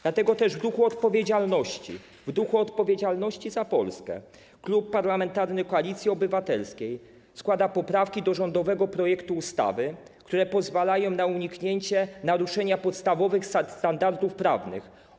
Dlatego też w duchu odpowiedzialności za Polskę Klub Parlamentarny Koalicja Obywatelska składa poprawki do rządowego projektu ustawy, które pozwalają na uniknięcie naruszenia podstawowych standardów prawnych.